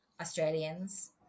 Australians